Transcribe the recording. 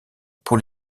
pour